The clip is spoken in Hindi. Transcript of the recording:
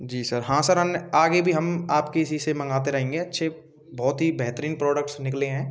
जी सर हाँ सर हमने आगे भी हम आपके इसी से मँगाते रहेंगे अच्छे बहुत ही बेहतरीन प्रोडक्ट्स निकले हैं